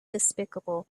despicable